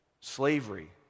Slavery